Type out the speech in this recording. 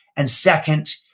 and second,